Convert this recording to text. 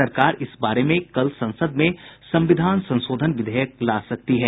सरकार इस बारे में कल संसद में संविधान संशोधन विधेयक ला सकती है